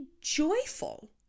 joyful